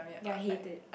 yea hate it